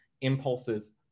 impulses